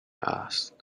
asked